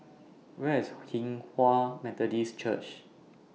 Where IS Hinghwa Methodist Church